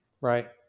right